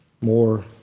more